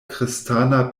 kristana